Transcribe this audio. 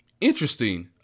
interesting